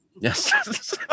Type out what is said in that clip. Yes